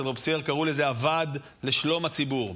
אצל רובספייר קראו לזה "הוועד לשלום הציבור".